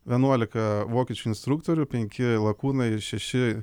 vienuolika vokiečių instruktorių penki lakūnai ir šeši